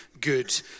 good